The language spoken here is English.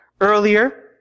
Earlier